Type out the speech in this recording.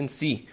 see